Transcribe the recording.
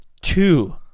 two